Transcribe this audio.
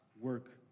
work